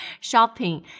shopping